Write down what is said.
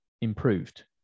improved